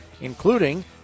including